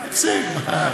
אפסיק.